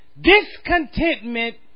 Discontentment